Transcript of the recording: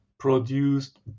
produced